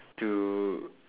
to